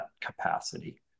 capacity